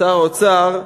ושר האוצר,